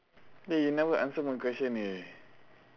then you never answer my question leh